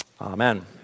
amen